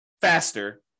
faster